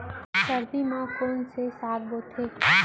सर्दी मा कोन से साग बोथे?